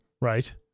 right